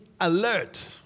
alert